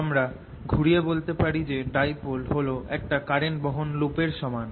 আমরা ঘুরিয়ে বলতে পারি যে একটা ডাইপোল হল একটা কারেন্ট বহন লুপ এর সমান